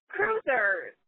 Cruisers